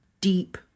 deep